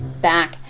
back